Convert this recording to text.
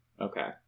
Okay